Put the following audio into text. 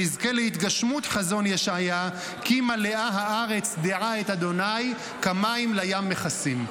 שנזכה להתגשמות חזון ישעיה: "כי מלאה הארץ דעה את ה' כמים לים מכסים".